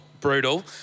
brutal